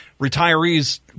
retirees